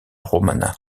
romana